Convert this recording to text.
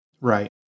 Right